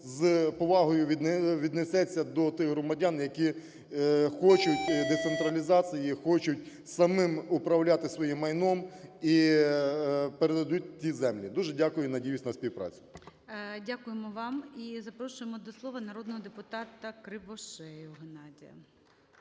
з повагою віднесеться до тих громадян, які хочуть децентралізації, хочуть самим управляти своїм майном і передадуть ті землі. Дуже дякую і надіюсь на співпрацю. ГОЛОВУЮЧИЙ. Дякуємо вам. І запрошуємо до слова народного депутатаКривошею Геннадія.